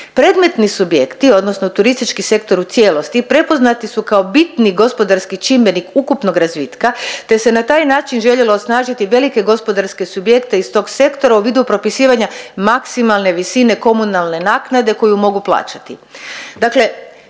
Predmetni subjekti odnosno turistički sektor u cijelosti prepoznati su kao bitni gospodarski čimbenik ukupnog razvitka te se na taj način željelo osnažiti velike gospodarske subjekte iz tog sektora u vidu propisivanja maksimalne visine komunalne naknade koju mogu plaćati.